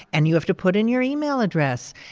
and you have to put in your email address.